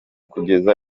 kugeza